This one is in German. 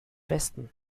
westen